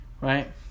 right